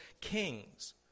kings